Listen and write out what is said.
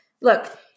Look